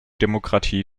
demokratie